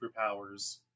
superpowers